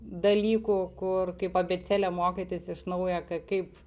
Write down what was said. dalykų kur kaip abėcėlę mokytis iš naujo ka kaip